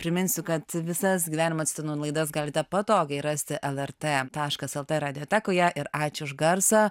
priminsiu kad visas gyvenimo citrinų laidas galite patogiai rasti lrt taškas lt radiotekoje ir ačiū už garsą